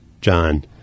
John